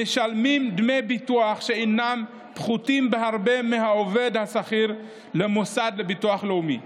משלמים דמי ביטוח שאינם פחותים בהרבה מהעובד השכיר למוסד לביטוח לאומי,